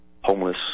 homeless